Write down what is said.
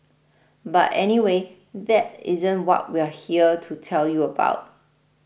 but anyway that isn't what we're here to tell you about